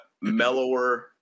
mellower